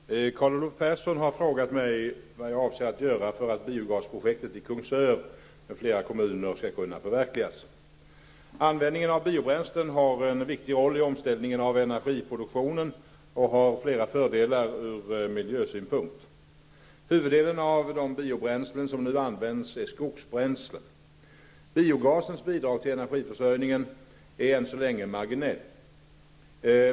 Herr talman! Carl Olov Persson har frågat mig vad jag avser att göra för att biogasprojektet i Kungsör med flera kommuner skall kunna förverkligas. Användningen av biobränslen har en viktig roll i omställningen av energiproduktionen och har flera fördelar från miljösynpunkt. Huvuddelen av de biobränslen som nu används är skogsbränslen. Biogasens bidrag till energiförsörjningen är än så länge marginellt.